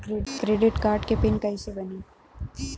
Credit card के pin कैसे बनी?